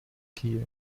kiev